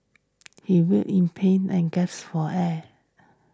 he writhed in pain and gasped for air